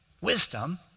wisdom